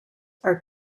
are